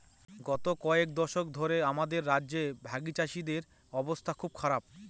গত কয়েক দশক ধরে আমাদের রাজ্যে ভাগচাষীদের অবস্থা খুব খারাপ